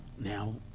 now